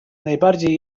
najbardziej